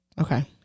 Okay